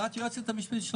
את יועצת המשפטית.